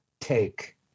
take